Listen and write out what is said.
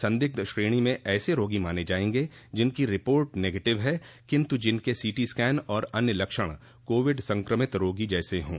संदिग्ध श्रेणी में ऐसे रोगी माने जाएंगे जिनकी रिपोर्ट नेगेटिव है किंतु जिनके सीटी स्कैन और अन्य लक्षण कोविड संक्रमित रोगी जैसे हों